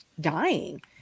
dying